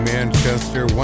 Manchester